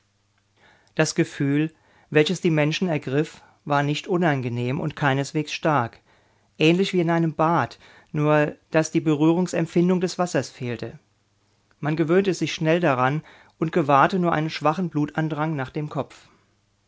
das gefühl welches die menschen ergriff war nicht unangenehm und keineswegs stark ähnlich wie in einem bad nur daß die berührungsempfindung des wassers fehlte man gewöhnte sich schnell daran und gewahrte nur einen schwachen blutandrang nach dem kopf